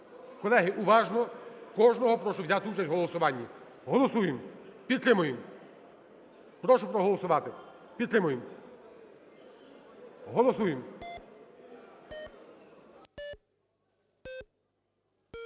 Колеги, уважно, кожного прошу взяти участь у голосуванні. Голосуємо. Підтримуємо. Прошу проголосувати. Підтримуємо. Голосуємо.